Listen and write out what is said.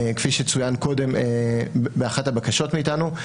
כפי שצוין קודם באחת מהבקשות מאיתנו.